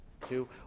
two